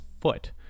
foot